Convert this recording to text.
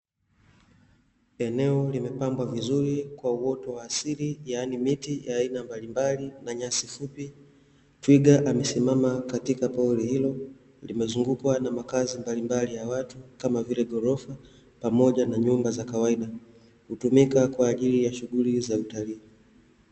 Eneo limepambwa vizuri kwa uoto wa asili yaani miti ya aina mbalimbali na nyasi fupi. Twiga amesimama katika pori hilo limezungukwa na makazi mbalimbali ya watu kama vile ghorofa pamoja na nyumba za kawaida hutumika kwa ajili ya shughuli za utalii.